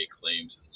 Claims